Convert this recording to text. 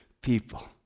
people